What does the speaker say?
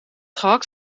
gehakt